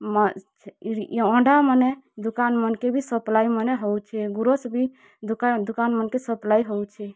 ଅଣ୍ଡା ମାନେ ଦୁକାନ୍ ମାନ୍କେ ସପ୍ଲାଏ ମାନେ ହେଉଛେ ଗୁରସ୍ ବି ଦୁକାନ୍ ଦୁକାନ୍ ମାନ୍କେ ସପ୍ଲାଏ ହେଉଛେ